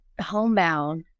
homebound